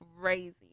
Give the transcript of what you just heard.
crazy